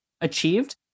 achieved